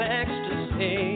ecstasy